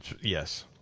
Yes